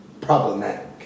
problematic